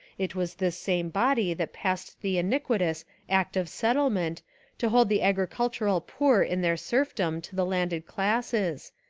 it was this same body that passed the iniquitous act of settle ment to hold the agricultural poor in their serf dom to the landed classes,